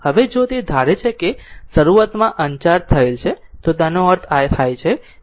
હવે જો તે ધારે છે કે શરૂઆતમાં અનચાર્જ થયેલ છે તો તેનો અર્થ થાય છે v0 0